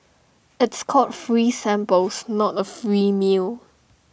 it's called free samples not A free meal